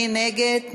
מי נגד?